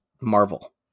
Marvel